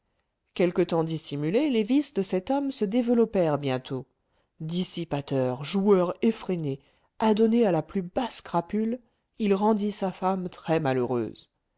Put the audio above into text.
quelque temps dissimulés les vices de cet homme se développèrent bientôt dissipateur joueur effréné adonné à la plus basse crapule il rendit sa femme